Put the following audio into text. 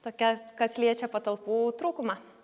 tokia kas liečia patalpų trūkumą